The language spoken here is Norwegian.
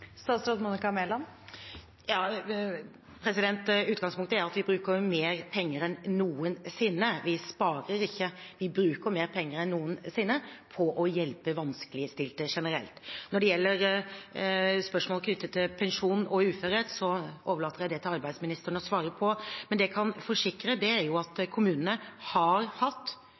Utgangspunktet er at vi bruker mer penger enn noensinne. Vi sparer ikke, vi bruker mer penger enn noensinne på å hjelpe vanskeligstilte generelt. Når det gjelder spørsmålet som er knyttet til pensjon og uførhet, overlater jeg til arbeidsministeren å svare på det. Men jeg kan forsikre om at kommunene har hatt